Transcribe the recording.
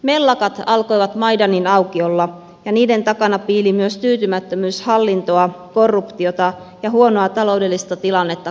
mellakat alkoivat maidanin aukiolla ja niiden takana piili myös tyytymättömyys hallintoa korruptiota ja huonoa taloudellista tilannetta kohtaan